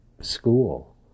school